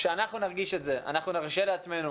כשאנחנו נרגיש את זה אנחנו נרשה לעצמנו,